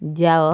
ଯାଅ